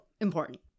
important